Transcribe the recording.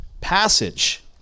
passage